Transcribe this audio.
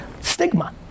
Stigma